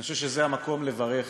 אני חושב שזה המקום לברך